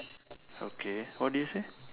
okay what did you say